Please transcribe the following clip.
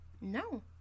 No